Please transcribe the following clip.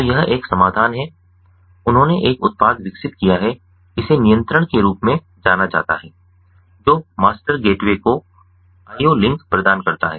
तो यह एक समाधान है उन्होंने एक उत्पाद विकसित किया है इसे नियंत्रण के रूप में जाना जाता है जो मास्टर गेटवे को IO लिंक प्रदान करता है